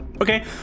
Okay